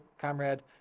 comrade